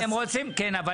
נכון,